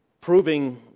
proving